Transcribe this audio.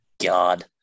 God